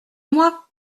moi